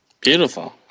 Beautiful